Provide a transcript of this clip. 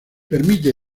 permite